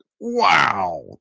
wow